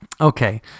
okay